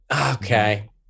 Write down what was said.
Okay